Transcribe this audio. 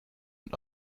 and